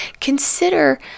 consider